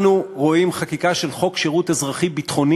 אנחנו רואים חקיקה של חוק שירות אזרחי-ביטחוני,